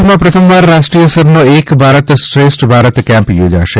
કચ્છમાં પ્રથમવાર રાષ્ટ્રીય સ્તરનો એક ભારત શ્રેષ્ઠ ભારત કેમ્પ યોજાશે